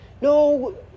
No